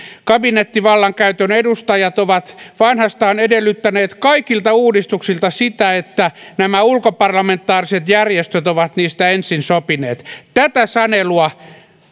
kabinettivallankäytön edustajat ovat vanhastaan edellyttäneet kaikilta uudistuksilta sitä että nämä ulkoparlamentaariset järjestöt ovat niistä ensin sopineet tätä sanelua